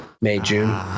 May-June